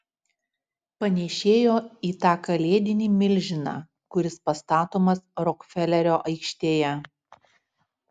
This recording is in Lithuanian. panėšėjo į tą kalėdinį milžiną kuris pastatomas rokfelerio aikštėje